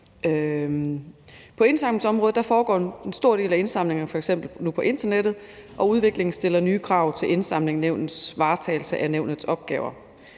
På indsamlingsområdet foregår en stor del af indsamlinger f.eks. nu på internettet, og udviklingen stiller nye krav til Indsamlingsnævnets varetagelse af nævnets opgaver.